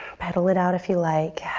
pedal it out if you like.